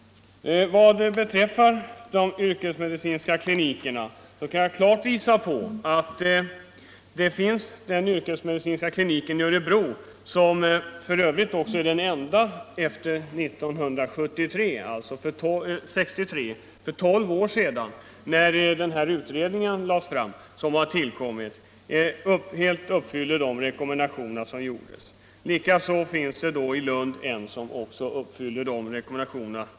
Vad sedan angår de yrkesmedicinska klinikerna finns det en sådan klinik i Örebro som uppfyller de rekommendationer som uppställdes av den utredning som blev klar med sitt betänkande 1963, alltså för tolv år sedan. Dessutom finns det en klinik i Lund som också uppfyller de rekommendationerna.